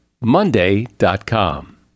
monday.com